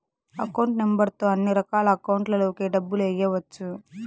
account number తో అన్నిరకాల అకౌంట్లలోకి డబ్బులు ఎయ్యవచ్చు